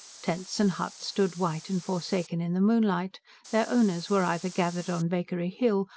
tents and huts stood white and forsaken in the moonlight their owners were either gathered on bakery hill,